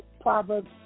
Proverbs